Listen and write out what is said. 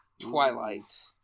twilight